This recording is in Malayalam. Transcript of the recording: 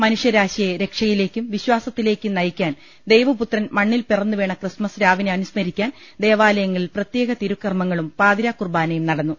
മനുഷ്യ രാശിയെ രക്ഷയിലേക്കും വിശ്വാസത്തിലേക്കും നയിക്കാൻ ദൈവപുത്രൻ മണ്ണിൽ പിറന്നുവീണ ക്രിസ്തുമസ് രാവിനെ അനുസ്മരിക്കാൻ ദേവാലയങ്ങളിൽ പ്രത്യേക തിരു കർമ്മങ്ങളും പാതിരാകുർബാനയും നടന്നു